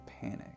panic